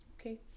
Okay